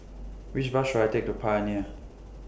Which Bus should I Take to Pioneer